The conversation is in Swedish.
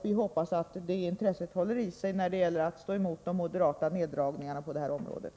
Vi hoppas att detta intresse håller i sig när det gäller att stå emot de moderata förslagen till neddragningar på det här området.